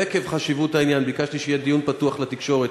עקב חשיבות העניין ביקשתי שיהיה דיון פתוח לתקשורת.